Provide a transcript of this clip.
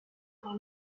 par